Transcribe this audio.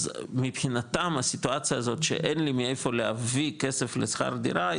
מבחינתם הסיטואציה הזאת שאין לי מאיפה להביא כסף לשכר דירה,